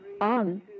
on